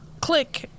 click